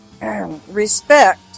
respect